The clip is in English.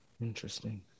Interesting